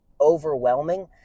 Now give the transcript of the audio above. overwhelming